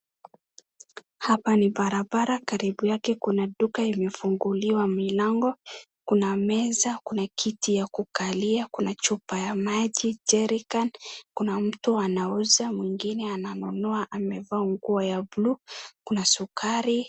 Hapa ni barabara, karibu yake kuna duka imefunguliwa milango, kuna meza, kuna kiti ya kukalia, kuna chupa ya maji, jerrican , kuna mtu anauza mwingine ananunua amevaa nguo ya blue , kuna sukari.